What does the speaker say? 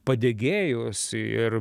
padegėjus ir